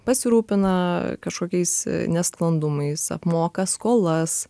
pasirūpina kažkokiais nesklandumais apmoka skolas